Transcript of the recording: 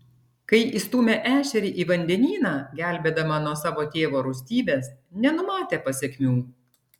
kai įstūmė ešerį į vandenyną gelbėdama nuo savo tėvo rūstybės nenumatė pasekmių